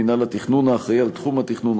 מינהל התכנון האחראי לתחום התכנון,